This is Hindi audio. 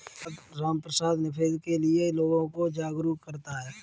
रामप्रसाद निवेश के लिए लोगों को जागरूक करता है